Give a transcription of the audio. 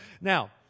now